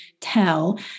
tell